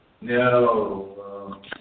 No